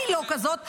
אני לא כזאת.